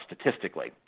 statistically